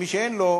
ומי שאין לו,